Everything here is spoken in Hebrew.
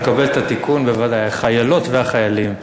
אני מקבל את התיקון, בוודאי: החיילות והחיילים.